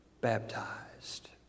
baptized